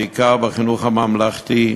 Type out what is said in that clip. בעיקר בחינוך הממלכתי,